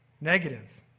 negative